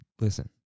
Listen